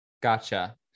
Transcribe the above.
Gotcha